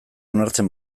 onartzen